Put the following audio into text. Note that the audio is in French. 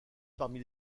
parmi